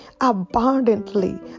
abundantly